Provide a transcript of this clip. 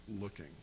looking